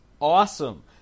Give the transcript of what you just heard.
awesome